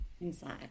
Inside